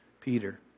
Peter